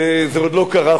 וזה עוד לא קרה,